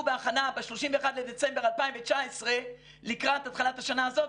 בהכנה ב-31 בדצמבר 2019 לקראת התחלת השנה הזאת,